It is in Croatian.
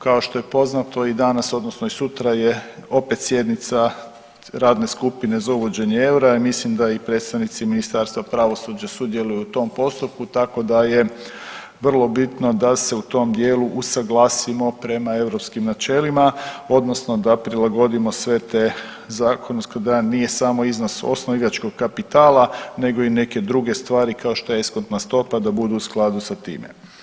Kao što je poznato i danas odnosno i sutra je opet sjednica radne skupine za uvođenje eura i mislim da i predstavnici Ministarstva pravosuđa sudjeluju u tom postupku tako da je vrlo bitno da se u tom dijelu usuglasimo prema europskim načelima odnosno da prilagodimo sve te zakon … da nije samo iznos osnivačkog kapitala nego i neke druge stvari kao što je eskontna stopa da bude u skladu sa time.